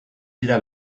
dira